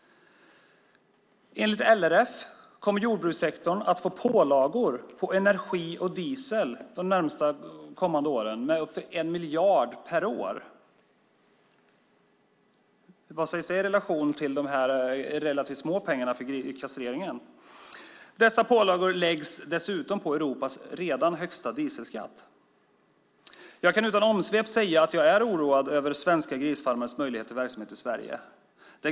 Enligt LRF kommer jordbrukssektorn att få pålagor i fråga om energi och diesel under de närmast kommande åren med upp till 1 miljard per år - sätt det i relation till de relativt små pengarna för kastreringen! Dessa pålagor läggs dessutom på Europas redan högsta dieselskatt. Jag kan utan omsvep säga att jag är oroad över svenska grisfarmares möjligheter till verksamhet i Sverige.